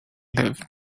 lived